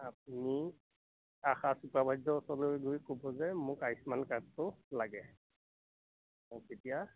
আপুনি আশা ছুপাৰভাইজাৰৰ ওচৰলৈ গৈ ক'ব যে মোক আয়ুষ্মান কাৰ্ডটো লাগে তেতিয়া